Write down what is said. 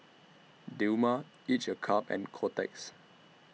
Dilmah Each A Cup and Kotex